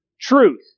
truth